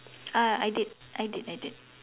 ah I did I did I did